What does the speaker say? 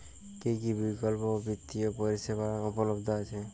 কী কী বিকল্প বিত্তীয় পরিষেবা উপলব্ধ আছে?